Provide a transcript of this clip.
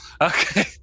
okay